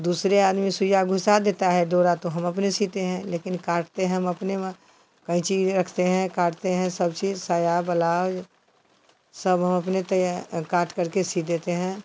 दूसरे आदमी सुई घुसा देता है डोरा तो हम अपने सीते हैं लेकिन काटते हम अपने कैंची रखते हैं काटते हैं सब चीज़ साया बलाउज सब हम अपने तैया काटकर के सी देते हैं